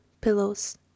pillows